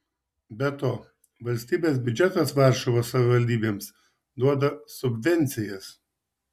be to valstybės biudžetas varšuvos savivaldybėms duoda subvencijas